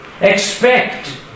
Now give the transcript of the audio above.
expect